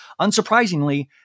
Unsurprisingly